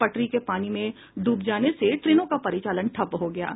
पटरी के पानी में डूब जाने से ट्रेनों का परिचालन ठप हो गया है